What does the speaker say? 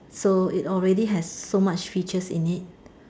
so it already have so much features in it